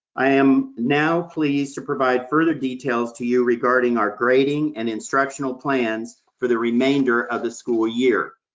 i am now pleased to provide further details to you, regarding our grading and instructional plans for the remainder of the school year.